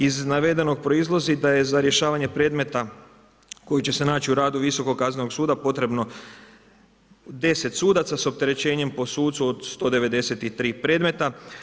Iz navedenog proizlazi da je za rješavanje predmeta koji će se naći u radu Visokog kaznenog suda potrebno 10 sudaca s opterećenjem po sucu od 193 predmeta.